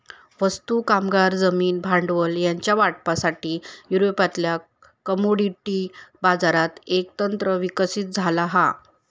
वस्तू, कामगार, जमीन, भांडवल ह्यांच्या वाटपासाठी, युरोपातल्या कमोडिटी बाजारात एक तंत्र विकसित झाला हा